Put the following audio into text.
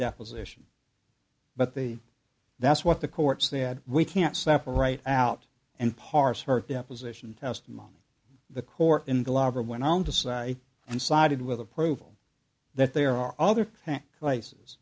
deposition but they that's what the court said we can't separate out and parse her deposition testimony the court in the lobby went on to say and sided with approval that there are other places